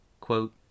quote